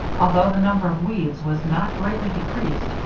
although the number of weeds was not greatly decreased,